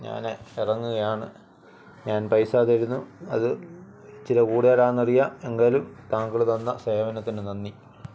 ഞാന് ഇറങ്ങുകയാണ് ഞാൻ പൈസ തരുന്നു അത് ഇച്ചിരി കുടുതലാണെന്നറിയാം എങ്കിലും താങ്കള് തന്ന സേവനത്തിന് നന്ദി